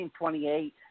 1928